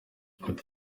ati